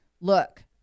look